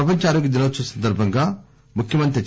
ప్రపంచ ఆరోగ్య దినోత్సవం సందర్భంగా ముఖ్యమంత్రి కె